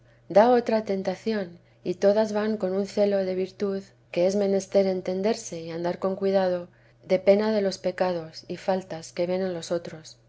da otra tentación y todas van con un celo de virtud que es menester entenderse y andar con cuidado de pena de los pecados y faltas que ven en los otros